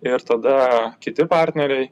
ir tada kiti partneriai